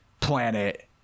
planet